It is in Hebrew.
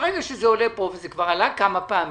ברגע שזה עולה פה, וזה עלה כבר כמה פעמים,